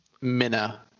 Mina